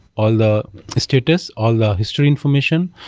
all the status, all the history information,